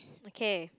okay